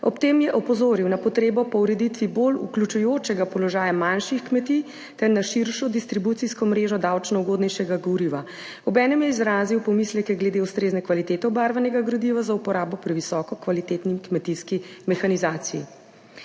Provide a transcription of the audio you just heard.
Ob tem je opozoril na potrebo po ureditvi bolj vključujočega položaja manjših kmetij ter na širšo distribucijsko mrežo davčno ugodnejšega goriva, obenem je izrazil pomisleke glede ustrezne kvalitete obarvanega goriva za uporabo v previsoko kvalitetni kmetijski mehanizaciji.